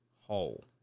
hole